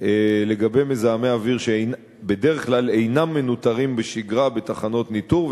לגבי מזהמי אוויר שבדרך כלל אינם מנוטרים בשגרה בתחנות ניטור,